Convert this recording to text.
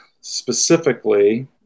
specifically